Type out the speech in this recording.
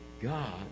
God